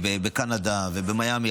בקנדה ובמיאמי,